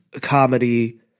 comedy